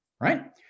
Right